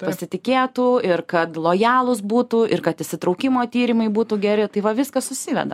pasitikėtų ir kad lojalūs būtų ir kad įsitraukimo tyrimai būtų geri tai va viskas susiveda